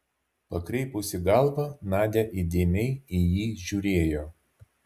pakreipusi galvą nadia įdėmiai į jį žiūrėjo